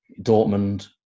Dortmund